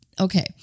Okay